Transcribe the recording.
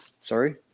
Sorry